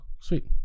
Sweet